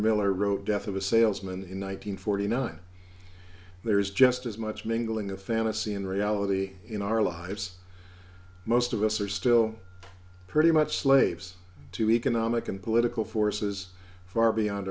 miller wrote death of a salesman in one nine hundred forty nine there is just as much mingling of fantasy and reality in our lives most of us are still pretty much slaves to economic and political forces far beyond